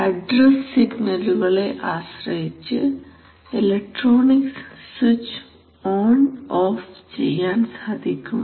address സിഗ്നലുകളെ ആശ്രയിച്ച് electronics switch on off ചെയ്യാൻ സാധിക്കും